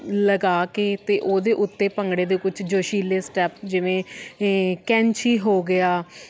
ਲਗਾ ਕੇ ਅਤੇ ਉਹਦੇ ਉੱਤੇ ਭੰਗੜੇ ਦੇ ਕੁਝ ਜੋਸ਼ੀਲੇ ਸਟੈਪ ਜਿਵੇਂ ਕੈਂਚੀ ਹੋ ਗਿਆ